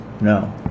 No